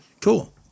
Cool